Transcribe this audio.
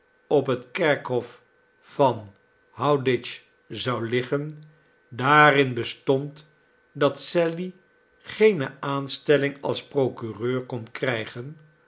op het kerkhof van houndditch zou liggen daarin bestond dat sally geene aanstelling als procureur kon krijgen